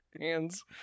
hands